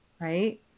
right